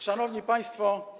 Szanowni Państwo!